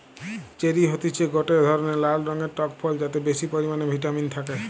cherry হতিছে গটে ধরণের লাল রঙের টক ফল যাতে বেশি পরিমানে ভিটামিন থাকে